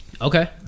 Okay